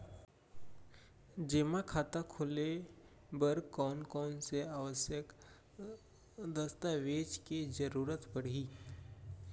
जेमा खाता खोले बर कोन कोन से आवश्यक दस्तावेज के जरूरत परही?